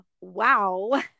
wow